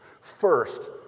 First